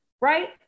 Right